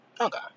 okay